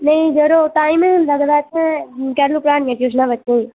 नेईं जरो टाईम निं लगदा इत्थै कैह्लूं पढ़ानियां टयूशनां बच्चें ई